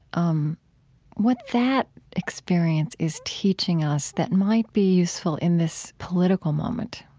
um what that experience is teaching us that might be useful in this political moment?